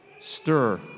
stir